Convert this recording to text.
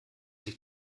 sich